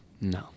No